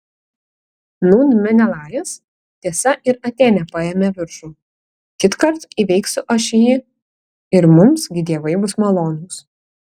nūn menelajas tiesa ir atėnė paėmė viršų kitkart įveiksiu aš jį ir mums gi dievai bus malonūs